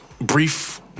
Brief